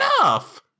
enough